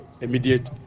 immediate